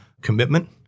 commitment